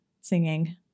singing